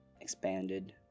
expanded